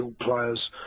players